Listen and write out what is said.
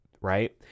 right